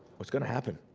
well it's gonna happen.